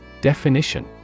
Definition